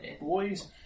boys